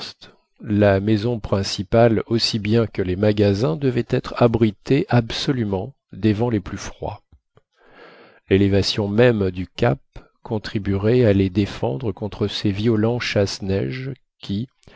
la maison principale aussi bien que les magasins devaient être abrités absolument des vents les plus froids l'élévation même du cap contribuerait à les défendre contre ces violents chasse-neige qui